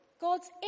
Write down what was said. God's